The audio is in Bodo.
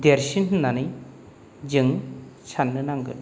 देरसिन होननानै जों साननो नांगोन